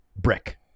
brick